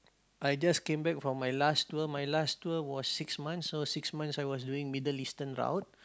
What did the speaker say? I just came back from my last tour my last tour was six months so six months I was doing Middle Eastern route